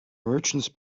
merchants